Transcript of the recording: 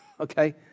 okay